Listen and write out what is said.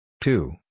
two